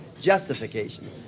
justification